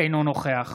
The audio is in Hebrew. אינו נוכח